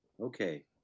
Okay